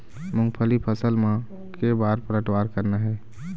मूंगफली फसल म के बार पलटवार करना हे?